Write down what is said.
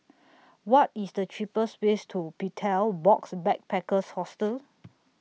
What IS The cheapest ways to Betel Box Backpackers Hostel